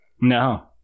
No